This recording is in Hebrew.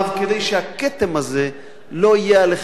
כדי שהכתם הזה לא יהיה עליכם.